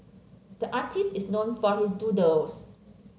the artist is known for his doodles